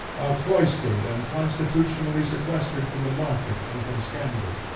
how cloistered and constitutionally sequestered from the market and from scandal!